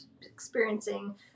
experiencing